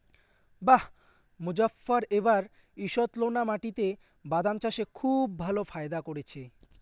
বাঃ মোজফ্ফর এবার ঈষৎলোনা মাটিতে বাদাম চাষে খুব ভালো ফায়দা করেছে